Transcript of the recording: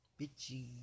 bitchy